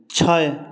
छै